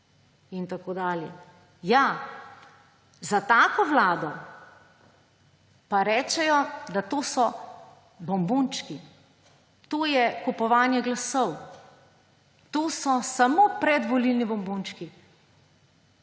in tako dalje. Ja, za tako vlado pa rečejo, da to so bombončki, to je kupovanje glasov, to so samo predvolilni bombončki.